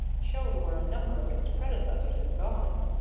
showed where a number of its predecessors had gone.